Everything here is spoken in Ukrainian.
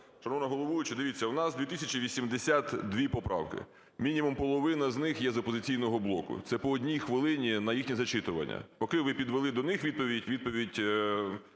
Шановна головуюча, дивіться, у нас 2082 поправки. Мінімум половина з них є з "Опозиційного блоку", це по одній хвилині на їхнє зачитування. Поки ви підвели до них відповідь, відповідь